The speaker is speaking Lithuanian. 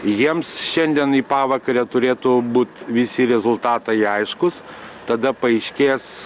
jiems šiandien į pavakarę turėtų būt visi rezultatai aiškūs tada paaiškės